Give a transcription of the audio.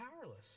powerless